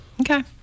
Okay